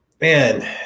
man